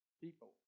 people